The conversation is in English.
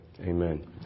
Amen